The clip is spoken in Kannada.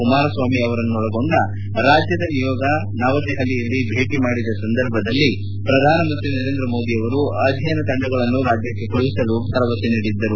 ಕುಮಾರ ಸ್ವಾಮಿ ಅವರನ್ನೊಳಗೊಂಡ ರಾಜ್ಯದ ನಿಯೋಗ ನವದೆಹಲಿಯಲ್ಲಿ ಭೇಟಿ ಮಾಡಿದ ಸಂದರ್ಭದಲ್ಲಿ ಪ್ರಧಾನಮಂತ್ರಿ ನರೇಂದ್ರ ಮೋದಿ ಅವರು ಅಧ್ಯಯನ ತಂಡಗಳನ್ನು ರಾಜ್ಯಕ್ಕೆ ಕಳುಹಿಸಲು ಭರವಸೆ ನೀಡಿದ್ದರು